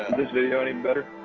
video any better?